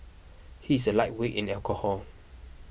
he is a lightweight in the alcohol